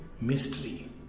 mystery